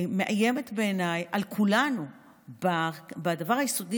מאיים בעיניי על כולנו בדבר היסודי